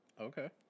Okay